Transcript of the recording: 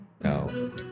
No